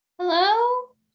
Hello